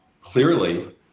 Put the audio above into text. clearly